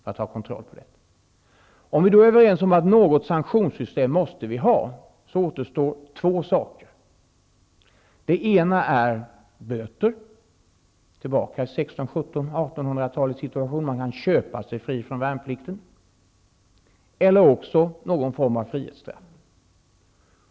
Om vi är överens om att det måste finnas något slags sanktionssystem, står valet mellan två sanktioner. Den ena sanktionen är böter, men då är vi tillbaka i 1600--1800-talens situation, då man kunde köpa sig fri från värnplikten. Den andra sanktionen är frihetsstraff.